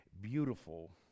beautiful